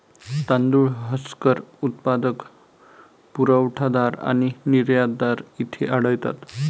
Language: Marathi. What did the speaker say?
तांदूळ हस्कर उत्पादक, पुरवठादार आणि निर्यातदार येथे आढळतात